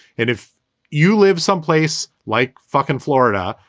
and if you live someplace like fucking florida,